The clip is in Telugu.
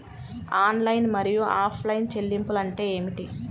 ఆన్లైన్ మరియు ఆఫ్లైన్ చెల్లింపులు అంటే ఏమిటి?